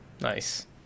Nice